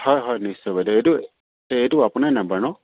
হয় হয় নিশ্চয় বাইদেউ এইটো এইটো আপোনাৰ নাম্বাৰ ন